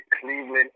Cleveland